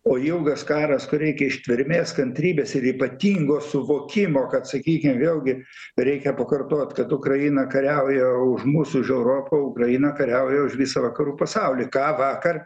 o ilgas karas kur reikia ištvermės kantrybės ir ypatingo suvokimo kad sakykim vėlgi reikia pakartot kad ukraina kariauja už mus už europą ukraina kariauja už visą vakarų pasaulį ką vakar